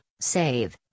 save